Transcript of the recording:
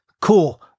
Cool